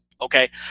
Okay